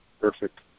perfect